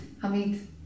Hamid